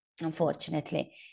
Unfortunately